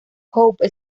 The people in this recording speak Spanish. hope